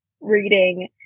reading